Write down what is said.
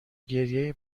گریه